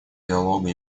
диалога